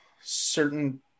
certain